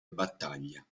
battaglia